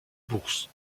bourse